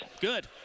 Good